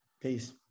Peace